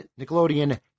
Nickelodeon